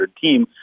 team